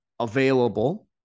Available